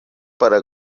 para